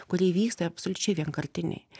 kurie vyksta jie absoliučiai vienkartiniai